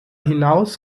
hinaus